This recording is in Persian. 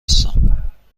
هستم